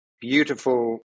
beautiful